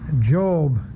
Job